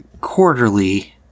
quarterly